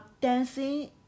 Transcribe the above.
dancing